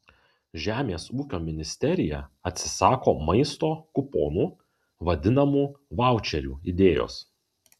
žemės ūkio ministerija atsisako maisto kuponų vadinamų vaučerių idėjos